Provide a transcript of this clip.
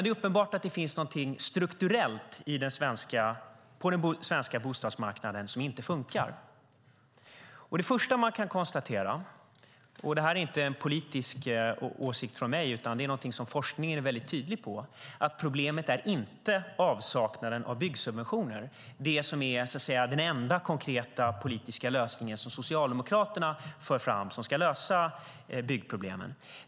Det är uppenbart att det finns någonting strukturellt på den svenska bostadsmarknaden som inte fungerar. Det första man kan konstatera är att problemet inte är avsaknaden av byggsubventioner; det är inte en politisk åsikt från min sida utan något som forskningen är mycket tydlig med. Byggsubventioner är den enda konkreta politiska lösning som Socialdemokraterna för fram. Det ska lösa byggproblemen.